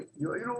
שיואילו